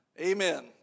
Amen